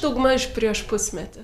daugmaž prieš pusmetį